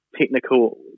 technical